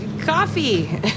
coffee